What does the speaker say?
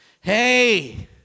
Hey